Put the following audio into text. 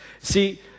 See